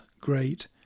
great